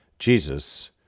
Jesus